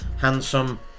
Handsome